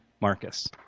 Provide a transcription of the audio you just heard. Marcus